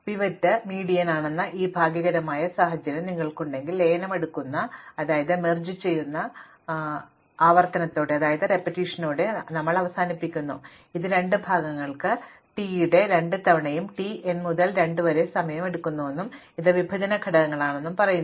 pivot median ആണെന്ന ഈ ഭാഗ്യകരമായ സാഹചര്യം നിങ്ങൾക്കുണ്ടെങ്കിൽ ലയനം അടുക്കുന്ന ആവർത്തനത്തോടെ ഞങ്ങൾ അവസാനിക്കുന്നു ഇത് രണ്ട് ഭാഗങ്ങൾക്ക് t ന്റെ n 2 തവണ t n മുതൽ 2 വരെ സമയം എടുക്കുന്നുവെന്നും ഇത് വിഭജന ഘട്ടങ്ങളാണെന്നും പറയുന്നു